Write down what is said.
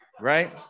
right